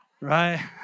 Right